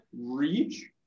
reach